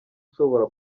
ushobora